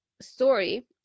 story